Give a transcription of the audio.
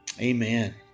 Amen